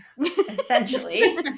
essentially